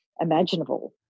imaginable